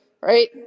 right